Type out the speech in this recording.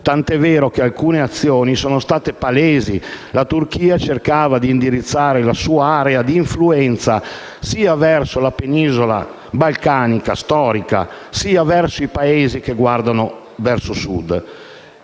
tanto che alcune azioni sono state palesi: la Turchia cercava infatti di indirizzare la sua area di influenza sia verso la penisola balcanica storica, sia verso i Paesi che guardano verso Sud.